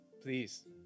please